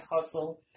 hustle